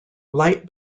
light